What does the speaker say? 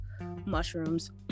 mushrooms